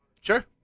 Sure